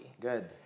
good